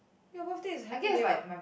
your birthday is happy day what